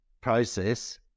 process